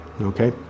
okay